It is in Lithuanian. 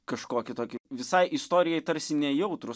kažkokį tokį visai istorijai tarsi nejautrų